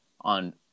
on